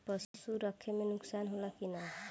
पशु रखे मे नुकसान होला कि न?